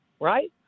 right